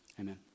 amen